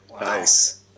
Nice